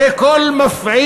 הרי כל מפעיל,